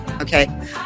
Okay